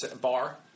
bar